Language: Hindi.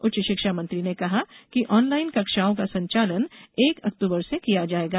उच्च शिक्षा मंत्री ने कहा कि ऑनलाइन कक्षाओं का संचालन एक अक्टूबर से किया जायेगा